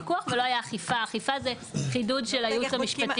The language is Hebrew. האכיפה זה חידוד של היועץ המשפטי.